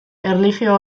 erlijio